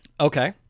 Okay